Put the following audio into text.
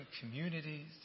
communities